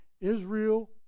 Israel